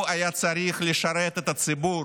הוא היה צריך לשרת את הציבור,